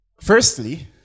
Firstly